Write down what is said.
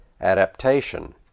adaptation